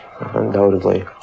undoubtedly